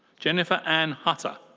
jennifer anne hutter.